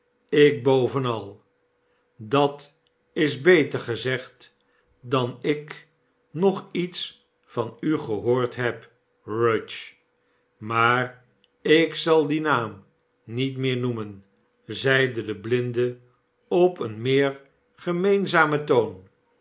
ik bovenal dat is beter gezegd dan ik nog iets van u gehoord heb rudge maar ik zal dien naam niet meer noemen zeide de blinde op een meer gemeenzamen toon